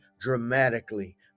dramatically